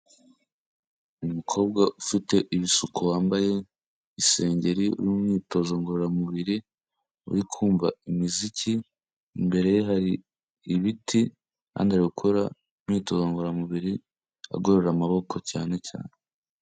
Umukobwa ufite ibisuko wambaye isengeri uri mu myitozo ngororamubiri, uri kumva imiziki, imbere ye hari ibiti kandi ari gukora imyitozo ngororamubiri, agorora amaboko cyane cyane.